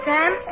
Sam